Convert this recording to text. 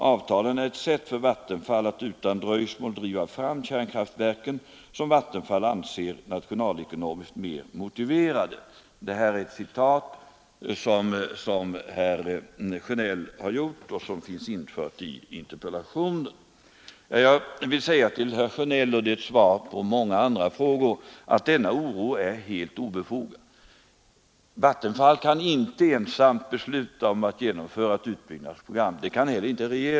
Avtalen skulle vara ett sätt för Vattenfall att utan dröjsmål driva fram kärnkraftverken, som Vattenfall anser nationalekonomiskt mer motiverade. Detta är ett citat, som herr Sjönell har gjort och som finns infört i interpellationen. Jag vill säga till herr Sjönell — och det är ett svar på många andra frågor — att denna oro är helt obefogad. Vattenfall kan inte ensam besluta om att genomföra ett utbyggnadsprogram. Det kan inte heller regeringen.